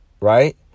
right